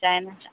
China का